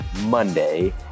Monday